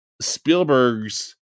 Spielberg's